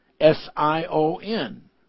S-I-O-N